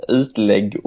utlägg